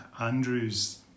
Andrew's